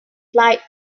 flight